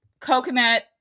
coconut